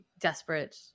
desperate